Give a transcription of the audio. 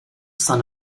son